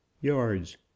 yards